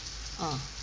ah